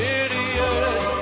idiot